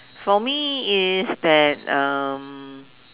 for me is that um